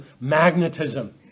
magnetism